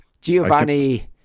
Giovanni